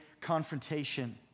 confrontation